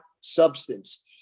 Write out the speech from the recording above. substance